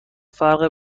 فرق